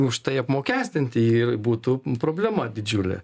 užtai apmokestinti ir būtų problema didžiulė